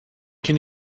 can